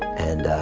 and